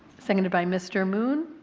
seconded by mr. moon.